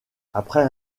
après